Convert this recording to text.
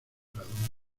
bradomín